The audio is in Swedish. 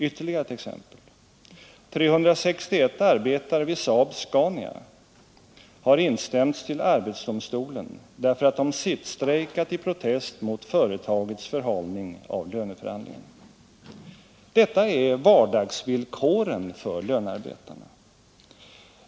Ytterligare ett exempel: 361 arbetare vid SAAB-Scania har instämts till arbetsdomstolen därför att de sittstrejkat i protest mot företagets förhalning av löneförhandlingar. Detta är vardagsvillkoren för lönarbetarna.